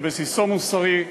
שבסיסו מוסרי,